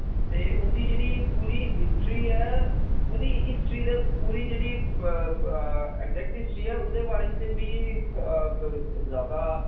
ते उंदी जेह्ड़ी पूरी हिस्ट्री ऐ उदी हिस्ट्री दे पूरी जेह्ड़ी एक्सएक्ट हिस्ट्री ऐ उदे बारे च ते मिगी जैदा